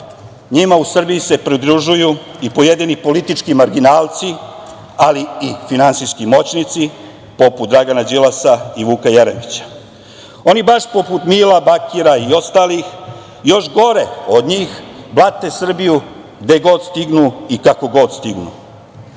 njima u Srbiji se pridružuju i pojedini politički marginalci, ali i finansijski moćnici poput Dragana Đilasa i Vuka Jeremića. Oni baš poput Mila Bakira i ostalih, još gore od njih blate Srbiju gde god stignu i kako god